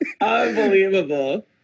Unbelievable